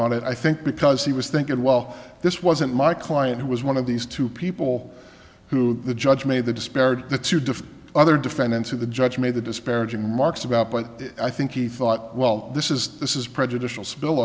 on it i think because he was thinking well this wasn't my client who was one of these two people who the judge made the despaired the two diff other defendants who the judge made the disparaging remarks about but i think he thought well this is this is prejudicial spill